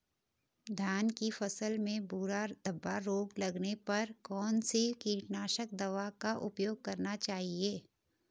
धान की फसल में भूरा धब्बा रोग लगने पर कौन सी कीटनाशक दवा का उपयोग करना चाहिए?